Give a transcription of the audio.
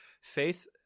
faith